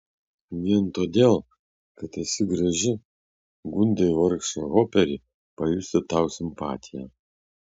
vien todėl kad esi graži gundai vargšą hoperį pajusti tau simpatiją